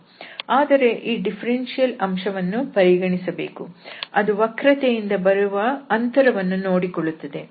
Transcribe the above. ಆದರೆ ಈ ಡಿಫರೆನ್ಷಿಯಲ್ ಅಂಶವನ್ನು ಪರಿಗಣಿಸಬೇಕು ಅದು ವಕ್ರತೆ ಯಿಂದ ಬರುವ ಅಂತರವನ್ನು ನೋಡಿಕೊಳ್ಳುತ್ತದೆ